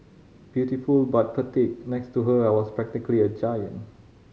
beautiful but petite next to her I was practically a giant